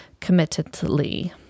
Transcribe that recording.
committedly